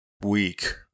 week